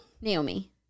Naomi